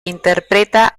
interpreta